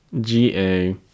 GA